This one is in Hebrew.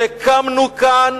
שהקמנו כאן